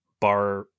bar